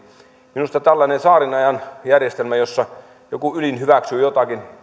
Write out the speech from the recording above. minusta tällainen tsaarinajan järjestelmä jossa joku ylin hyväksyy jotakin